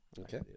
Okay